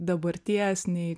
dabarties nei